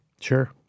Sure